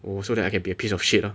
oh so that I can be a piece of shit lah